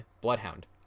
Bloodhound